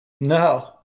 No